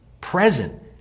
present